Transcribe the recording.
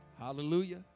Hallelujah